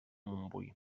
montbui